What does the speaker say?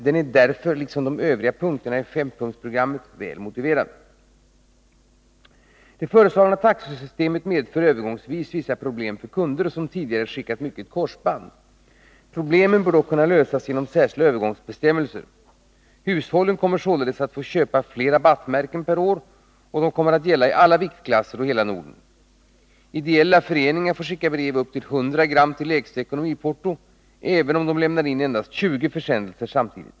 Den är därför, liksom de övriga punkterna i fempunktsprogrammet, väl motiverad. Det föreslagna taxesystemet medför övergångsvis vissa problem för kunder som tidigare skickat mycket korsband. Problemen bör dock kunna lösas genom särskilda övergångsbestämmelser. Hushållen kommer således att få köpa fler rabattmärken per år och de kommer att gälla i alla viktklasser och i hela Norden. Ideella föreningar får skicka brev upp till 100 g till lägsta ekonomiporto även om de lämnar in endast 20 försändelser samtidigt.